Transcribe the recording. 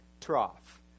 trough